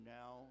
now